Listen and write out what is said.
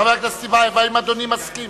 חבר הכנסת טיבייב, האם אדוני מסכים